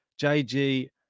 JG